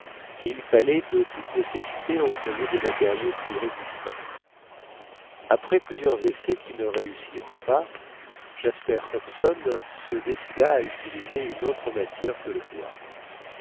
et il fallait de toute nécessité employer des matériaux plus résistants après plusieurs essais qui ne réussirent pas jasper hobson se décida à utiliser une autre matière que le bois